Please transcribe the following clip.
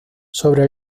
sobre